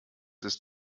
ist